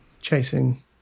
chasing